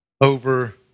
over